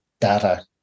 data